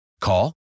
Call